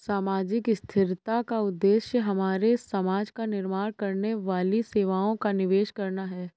सामाजिक स्थिरता का उद्देश्य हमारे समाज का निर्माण करने वाली सेवाओं का निवेश करना है